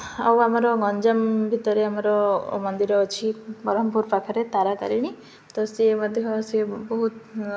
ଆଉ ଆମର ଗଞ୍ଜାମ ଭିତରେ ଆମର ମନ୍ଦିର ଅଛି ବରହମପୁର ପାଖରେ ତାରା ତାରିଣୀ ତ ସିଏ ମଧ୍ୟ ସିଏ ବହୁତ